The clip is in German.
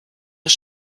das